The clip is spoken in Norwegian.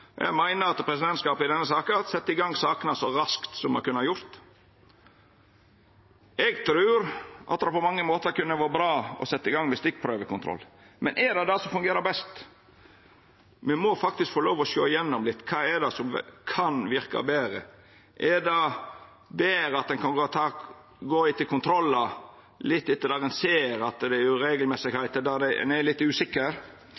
I denne saka meiner eg at presidentskapet har sett i gang sakene så raskt me kunne. Eg trur det på mange måtar kunne ha vore bra å setja i gang med stikkprøvekontroll, men er det det som fungerer best? Me må få lov til å sjå gjennom litt, kva det er som kan verka betre. Er det betre at ein kan gå etter med kontrollar der ein ser at det er noko som er uregelmessig, der ein er litt usikker?